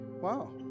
wow